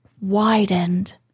widened